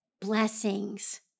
blessings